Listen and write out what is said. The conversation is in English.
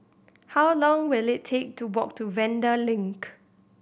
how long will it take to walk to Vanda Link